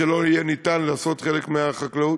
שלא יהיה ניתן לעשות חלק מהחקלאות.